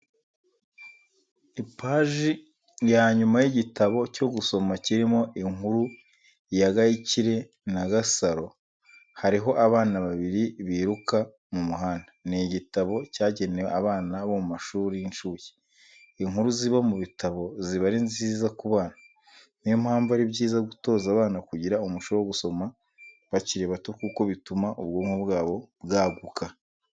Ipaji y'inyuma y'igitabo cyo gusoma kirimo inkuru ya Gakire na Gasaro, hariho abana babiri biruka mu muhanda, ni igitabo cyagenewe abana bo mu mashuri y'inshuke. Inkuru ziba mu bitabo ziba ari nziza ku bana, niyo mpamvu ari byiza gutoza abana kugira umuco wo gusoma bakiri bato kuko bituma ubwonko bwabo bwaguka.